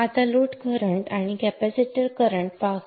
आता load current आणि capacitor currents पाहू